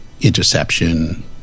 interception